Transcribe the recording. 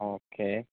okay